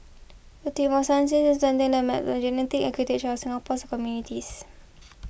a team of scientists map the genetic architecture of Singapore's communities